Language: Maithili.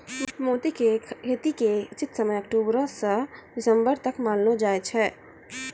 मोती के खेती के उचित समय अक्टुबरो स दिसम्बर तक मानलो जाय छै